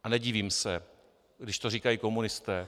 A nedivím se, když to říkají komunisté.